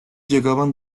llegaban